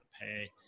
pay